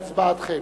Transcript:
בהצבעתכם.